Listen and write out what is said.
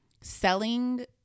selling